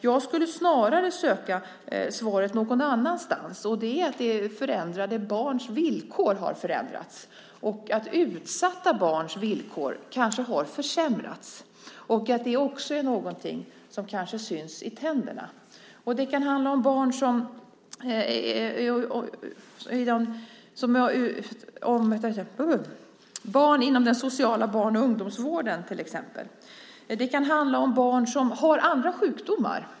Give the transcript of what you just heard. Jag skulle snarare söka svaret någon annanstans, och det är förändrade villkor. Barns villkor kanske har förändrats, utsatta barns villkor kanske har försämrats, och det är någonting som kanske också syns i tänderna. Det kan handla om barn inom den sociala barn och ungdomsvården till exempel. Det kan handla om barn som har andra sjukdomar.